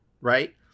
Right